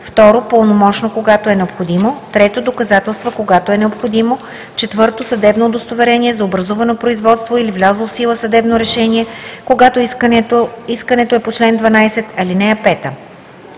път; 2. пълномощно, когато е необходимо; 3. доказателства, когато е необходимо; 4. съдебно удостоверение за образувано производство или влязло в сила съдебно решение, когато искането е по чл. 12, ал. 5.